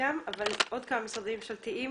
אבל לפני כן עוד כמה משרדים ממשלתיים.